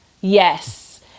Yes